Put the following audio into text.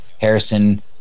Harrison